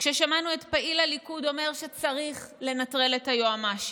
כששמענו את פעיל הליכוד שאמר שצריך לנטרל את היועמ"שית.